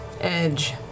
edge